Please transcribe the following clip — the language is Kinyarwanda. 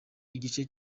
igice